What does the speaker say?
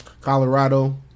Colorado